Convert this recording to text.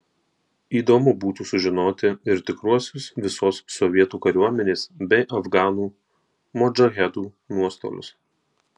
įdomu būtų sužinoti ir tikruosius visos sovietų kariuomenės bei afganų modžahedų nuostolius